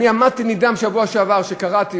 אני עמדתי נדהם בשבוע שעבר כשקראתי,